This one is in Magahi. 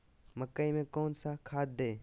मकई में कौन सा खाद दे?